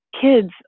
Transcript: kids